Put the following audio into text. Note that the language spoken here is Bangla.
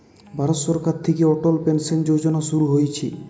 ভারত সরকার থিকে অটল পেনসন যোজনা শুরু হইছে